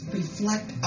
reflect